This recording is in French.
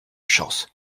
chance